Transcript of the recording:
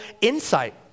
insight